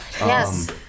Yes